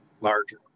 larger